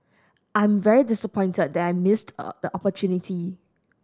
I'm very disappointed that missed a the opportunity